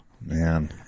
Man